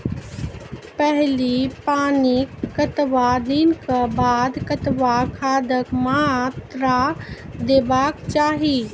पहिल पानिक कतबा दिनऽक बाद कतबा खादक मात्रा देबाक चाही?